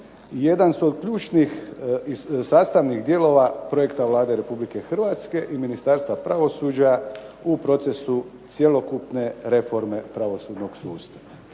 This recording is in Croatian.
jedan su od ključnih sastavnih dijelova projekta Vlade Republike Hrvatske i Ministarstva pravosuđa u procesu cjelokupne reforme pravosudnog sustava.